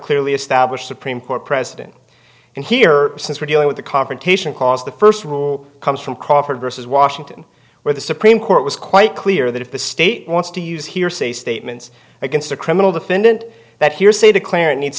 clearly established supreme court precedent and here since we're dealing with the confrontation clause the first rule comes from crawford versus washington where the supreme court was quite clear that if the state wants to use hearsay statements against a criminal defendant that hearsay declaring needs